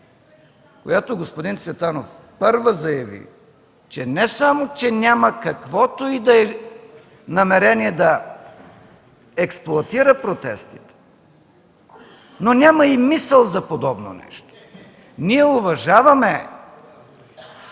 която господин Цветанов, първа заяви, че не само че няма каквото и да е намерение да експлоатира протестите, но няма и мисъл за подобно нещо. Ние уважаваме